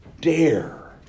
dare